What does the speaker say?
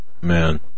Man